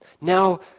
Now